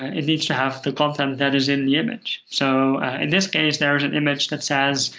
it needs to have the content that is in the image. so in this case, there is an image that says,